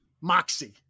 moxie